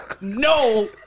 no